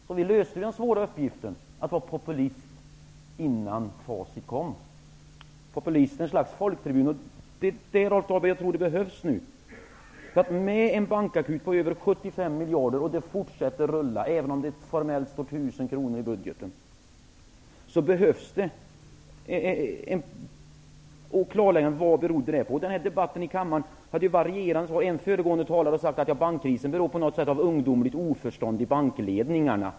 På så sätt löste vi den svåra uppgiften att vara populistiska innan vi hade facit. Jag tror att det behövs populism nu. Med en bankakut med över 75 miljarder -- det fortsätter att rulla även om det formellt i budgeten står att det är 1 000 kronor -- behövs det ett klargörande av vad detta beror på. I debatten här i kammaren har svaren varierat. En tidigare talare sade att bankkrisen beror på ungdomligt oförstånd från bankernas ledningar.